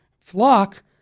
flock